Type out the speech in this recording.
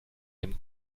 dem